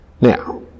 Now